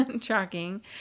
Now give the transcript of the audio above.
tracking